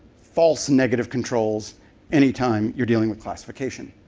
false negative controls any time you're dealing with classification.